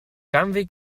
canvi